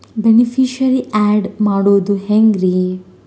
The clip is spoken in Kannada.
ಬೆನಿಫಿಶರೀ, ಆ್ಯಡ್ ಮಾಡೋದು ಹೆಂಗ್ರಿ?